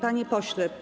Panie pośle.